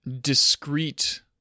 discrete